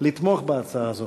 לתמוך בהצעה הזאת.